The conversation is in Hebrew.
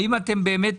האם אתם באמת